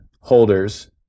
holders